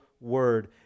word